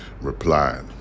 replied